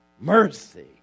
mercy